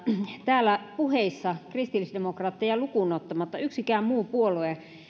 täällä puheissa kristillisdemokraatteja lukuun ottamatta yksikään muu puolue